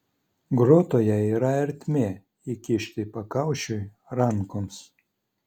grotoje yra ertmė įkišti pakaušiui rankoms